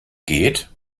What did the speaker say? geht